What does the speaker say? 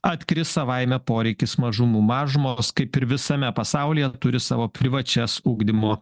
atkris savaime poreikis mažumų mažumos kaip ir visame pasaulyje turi savo privačias ugdymo